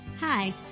Hi